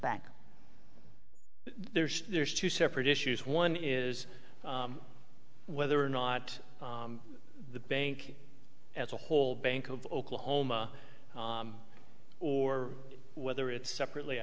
back there's there's two separate issues one is whether or not the bank as a whole bank of oklahoma or whether it's separately